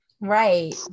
Right